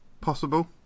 possible